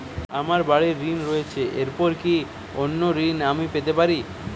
আমার বাড়ীর ঋণ রয়েছে এরপর কি অন্য ঋণ আমি পেতে পারি?